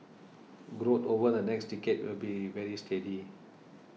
growth over the next decade will be very steady